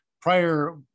prior